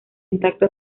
intacto